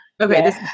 Okay